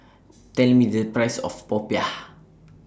Tell Me The Price of Popiah